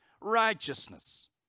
righteousness